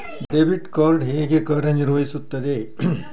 Debit card ಹೇಗೆ ಕಾರ್ಯನಿರ್ವಹಿಸುತ್ತದೆ?